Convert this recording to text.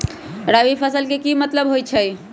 रबी फसल के की मतलब होई छई?